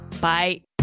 Bye